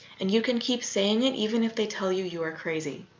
and you can keep saying it, even if they tell you you are crazy.